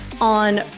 on